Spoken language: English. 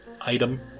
item